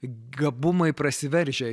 gabumai prasiveržia